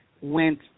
Went